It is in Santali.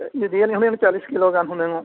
ᱤᱫᱤᱭᱟᱞᱤᱧ ᱦᱩᱱᱟᱹᱝ ᱪᱟᱹᱞᱤᱥ ᱠᱤᱞᱳ ᱦᱩᱱᱟᱹᱝ ᱚᱜ